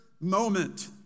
moment